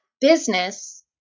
business